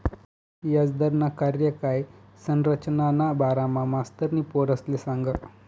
याजदरना कार्यकाय संरचनाना बारामा मास्तरनी पोरेसले सांगं